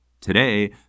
Today